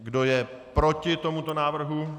Kdo je proti tomuto návrhu?